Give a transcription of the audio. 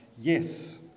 Yes